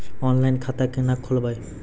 Online खाता केना खोलभैबै?